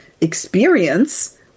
experience